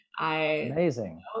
Amazing